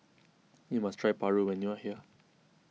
you must try Paru when you are here